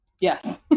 Yes